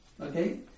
Okay